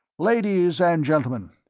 ladies and gentlemen,